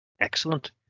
excellent